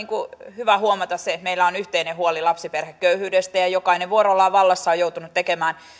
hyvä huomata se että meillä on yhteinen huoli lapsiperheköyhyydestä ja jokainen vuorollaan vallassa ollessaan on joutunut tekemään